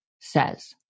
says